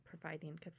providing